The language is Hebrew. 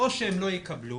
'או שהם לא יקבלו